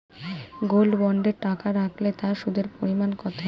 Gold বন্ডে টাকা রাখলে তা সুদের পরিমাণ কত?